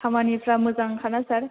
खामानिफोरा मोजांखाना सार